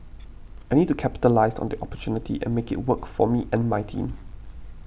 I need to capitalise on the opportunity and make it work for me and my team